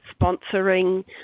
sponsoring